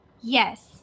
Yes